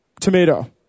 tomato